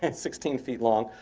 and sixteen feet long,